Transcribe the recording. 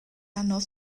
anodd